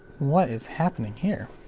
what is happening here?